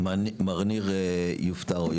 מר ניר יופטרו,